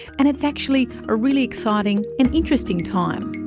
and it's actually a really exciting, and interesting time.